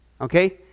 okay